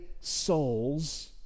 souls